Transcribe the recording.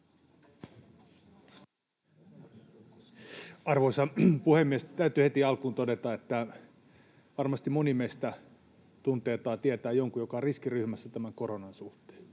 Arvoisa puhemies! Täytyy heti alkuun todeta, että varmasti moni meistä tuntee tai tietää jonkun, joka on riskiryhmässä tämän koronan suhteen,